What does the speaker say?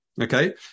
Okay